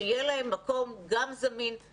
שיהיה להם מקום זמין,